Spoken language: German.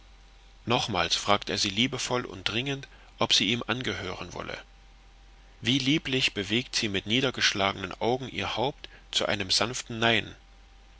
nochmals fragt er sie liebevoll und dringend ob sie ihm angehören wolle wie lieblich bewegt sie mit niedergeschlagenen augen ihr haupt zu einem sanften nein